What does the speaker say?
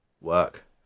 work